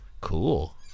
cool